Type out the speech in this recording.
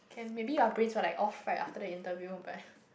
can maybe your brains were like all fried after the interview but